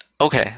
Okay